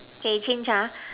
okay change ah